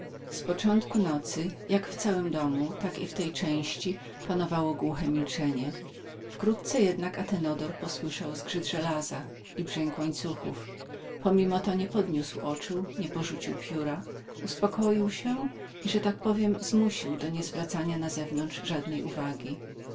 z początku nocy jak w całym domu tak i w tej części panowało głuche milczenie wkrótce jednak posłyszał zgrzyt żelaza i brzęk łańcuchów pomimo to nie podniósł oczu nie porzucił pióra uspokoił się i że tak rzekę zmusił do niezwracania na zewnątrz żadnej uwagi